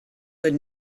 would